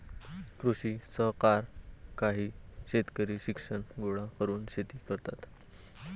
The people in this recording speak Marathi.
कृषी सहकार काही शेतकरी शिक्षण गोळा करून शेती करतात